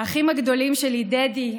האחים הגדולים שלי דדי,